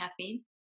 caffeine